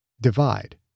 Divide